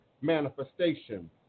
Manifestation